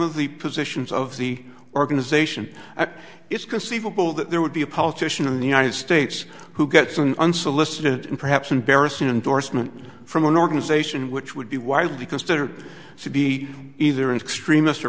of the positions of the organization that it's conceivable that there would be a politician in the united states who gets an unsolicited and perhaps embarrassing endorsement from an organization which would be widely considered to be either an extremist or